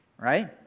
Right